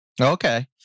Okay